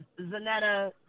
Zanetta